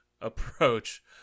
approach